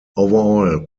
overall